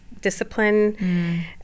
discipline